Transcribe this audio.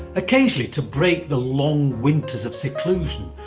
occasionally, to break the long winters of seclusion,